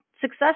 success